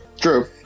true